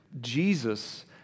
Jesus